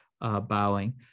bowing